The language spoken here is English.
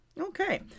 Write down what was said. Okay